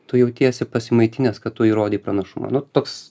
tu jautiesi pasimaitinęs kad tu įrodei pranašumą nu toks